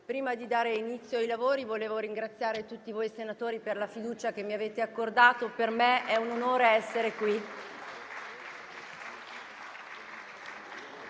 Prima di dare inizio ai lavori, vorrei ringraziare tutti voi senatori per la fiducia che mi avete accordato. Per me è un onore essere qui.